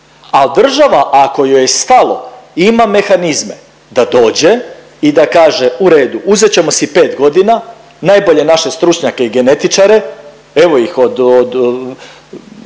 A država ako joj je stalo ima mehanizme da dođe i da kaže u redu uzet ćemo si pet godina, najbolje naše stručnjake i genetičare, evo ih od